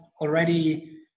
already